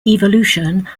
evolution